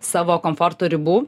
savo komforto ribų